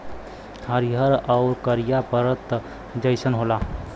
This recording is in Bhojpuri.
हरिहर आउर करिया परत जइसन होला